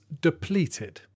depleted